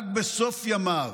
רק בסוף ימיו,